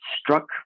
struck